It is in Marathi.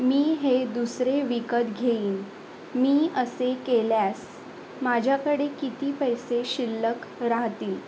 मी हे दुसरे विकत घेईन मी असे केल्यास माझ्याकडे किती पैसे शिल्लक राहतील